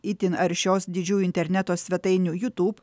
itin aršios didžiųjų interneto svetainių youtube